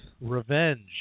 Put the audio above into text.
revenge